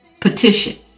petition